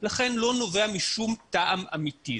לכן לא נובע משום טעם אמיתי,